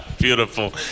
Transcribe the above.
Beautiful